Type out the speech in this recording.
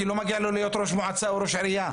כי לא מגיע לו להיות ראש מועצה או ראש עירייה.